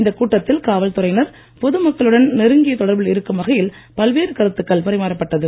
இந்தக் கூட்டத்தில் காவல் துறையினர் பொதுமக்களுடன் நெருங்கிய தொடர்பில் இருக்கும் வகையில் பல்வேறு கருத்துக்கள் பரிமாறப்பட்டது